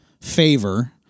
favor